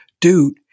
dude